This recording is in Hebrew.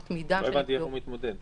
לא הבנתי איך הוא מתמודד.